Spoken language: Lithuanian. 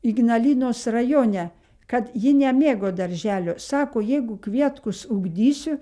ignalinos rajone kad ji nemėgo darželio sako jeigu kvietkus ugdysiu